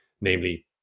namely